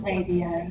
Radio